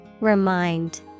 Remind